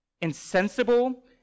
insensible